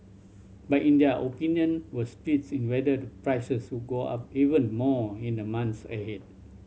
but in their opinion were splits in whether the prices would go up even more in the months ahead